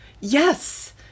yes